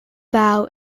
vow